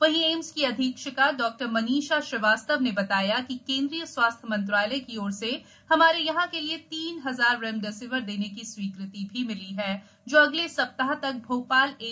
वहीं एम्स की अधीक्षिका डॉ मनीषा श्रीवास्तव ने बताया कि केन्द्रीय स्वास्थ्य मंत्रालय की ओर से हमारे यहां के लिए तीन हजार रेमडेसिवर देने की स्वीकृति मिली है जो अगले सप्ताह तक भोपाल एम्स को मिल जाएंगे